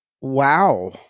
Wow